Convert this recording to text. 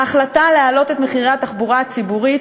ההחלטה להעלות את מחירי התחבורה הציבורית